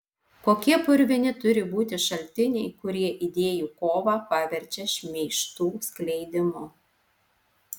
kokie purvini turi būti šaltiniai kurie idėjų kovą paverčia šmeižtų skleidimu